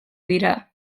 dira